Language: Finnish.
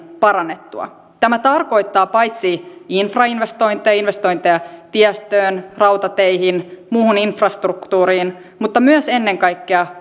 parannettua tämä tarkoittaa paitsi infrainvestointeja investointeja tiestöön rautateihin muuhun infrastruktuuriin mutta myös investointeja ennen kaikkea